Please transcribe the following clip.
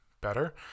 better